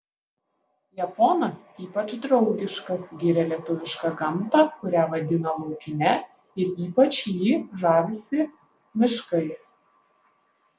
japonas ypač draugiškas giria lietuvišką gamtą kurią vadina laukine ir ypač jį žavisi miškais